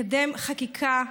לקדם חקיקה,